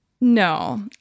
No